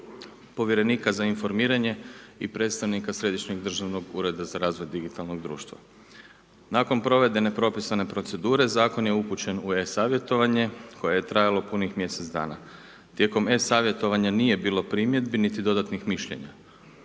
povjerenika za informiranje i predstavnika središnjeg državnog ureda za razvoj digitalnog društva. Nakon provedene propisane procedure, zakon je upućen u e-savjetovanje, koje je trajalo punih mjesec dana. Tijekom e-savjetovanja nije bilo primjedbi niti dodatnih mišljenja.